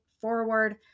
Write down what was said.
forward